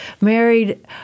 married